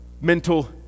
mental